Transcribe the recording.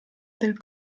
del